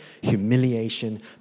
humiliation